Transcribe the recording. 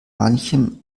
manchem